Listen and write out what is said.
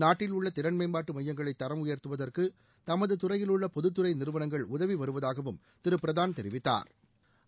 நாட்டில் உள்ள திறன் மேம்பாட்டு மையங்களை தரம் உயாத்துவதற்கு தமது துறையில் உள்ள பொதுத்துறை நிறுவனங்கள் உதவி வருவதாகவும் திரு பிரதாள் தெரிவித்தாா்